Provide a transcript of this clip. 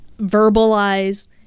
verbalize